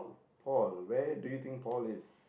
Paul where do you think Paul is